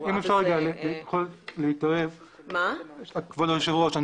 אם אפשר רגע להתערב, כבוד היושב ראש.